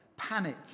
Panic